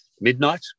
midnight